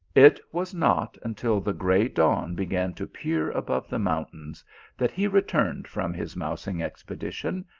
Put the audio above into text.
it was not until the gray dawn began to peer above the mountains that he returned from his mousing expedition,